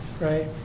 right